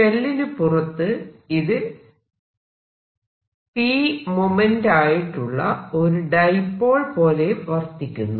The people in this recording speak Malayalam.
ഷെല്ലിന് പുറത്ത് ഇത് p മോമെന്റ്റ് ആയിട്ടുള്ള ഒരു ഡൈപോൾ പോലെ വർത്തിക്കുന്നു